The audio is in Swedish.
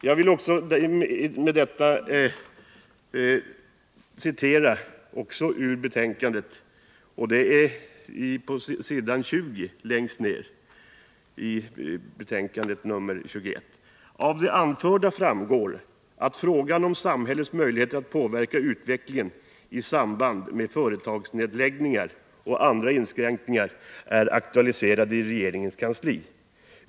Jag vill fortsätta citera ur betänkande nr 21, längst ned på s. 20. Där står bl.a. följande: ”Av det anförda framgår att frågan om samhällets möjligheter att påverka utvecklingen i samband med företagsnedläggningar och andra inskränkningar är aktualiserade i regeringens kansli.